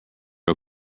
are